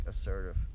assertive